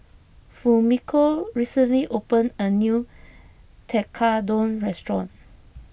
Fumiko recently opened a new Tekkadon restaurant